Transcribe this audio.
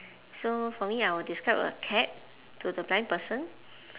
so for me I will describe a cat to the blind person